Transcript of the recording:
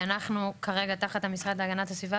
ואנחנו כרגע תחת המשרד להגנת הסביבה,